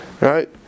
Right